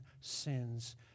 sins